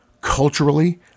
Culturally